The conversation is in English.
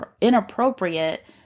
inappropriate